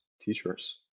teachers